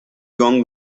gongen